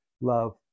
love